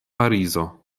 parizo